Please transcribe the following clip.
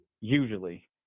usually